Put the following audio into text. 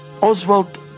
Oswald